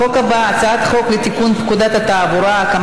החוק הבא: הצעת חוק לתיקון פקודת התעבורה